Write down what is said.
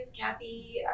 Kathy